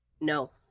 No